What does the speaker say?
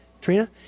Trina